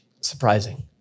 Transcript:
surprising